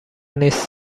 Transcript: نیست